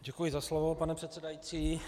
Děkuji za slovo, pane předsedající.